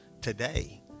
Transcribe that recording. today